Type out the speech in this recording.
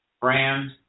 brand